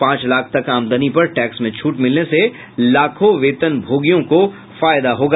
पांच लाख तक आमदनी पर टैक्स में छूट मिलने से लाखों वेतनभोगियों को फायदा मिलेगा